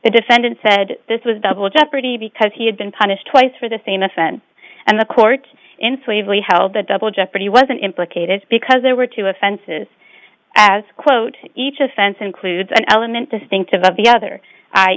the defendant said this was double jeopardy because he had been punished twice for the same offense and the court in slavery held the double jeopardy wasn't implicated because there were two offenses as quote each offense includes an element distinctive of the other i